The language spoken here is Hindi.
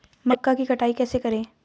मक्का की कटाई कैसे करें?